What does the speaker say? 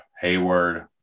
Hayward